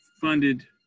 funded